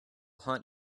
haunt